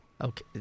Okay